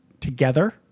together